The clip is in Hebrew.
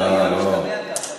אולי זה השתמע ככה.